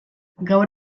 gaur